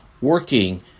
working